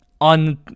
On